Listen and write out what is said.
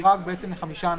--- הוחרג מחמישה ענפים.